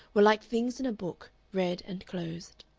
were like things in a book read and closed.